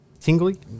Tingly